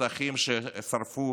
בשטחים ששרפו